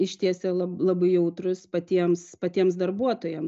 išties jau lab labai jautrūs patiems patiems darbuotojams